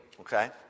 okay